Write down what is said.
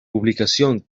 publicación